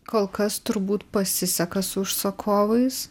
kol kas turbūt pasiseka su užsakovais